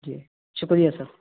جی شکریہ سر